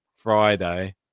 Friday